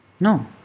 no